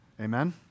Amen